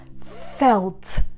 felt